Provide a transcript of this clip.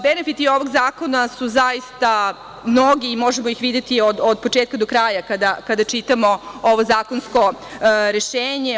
Benefiti ovog zakona su zaista mnogi i možemo ih videti od početka do kraja kada čitamo ovo zakonsko rešenje.